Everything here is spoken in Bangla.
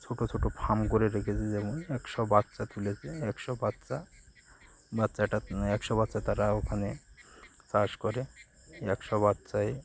ছোটো ছোটো ফার্ম করে রেখেছে যেমন একশো বাচ্চা তুলেছে একশো বাচ্চা বাচ্চাটা একশো বাচ্চা তারা ওখানে চাষ করে এ একশো বাচ্চায়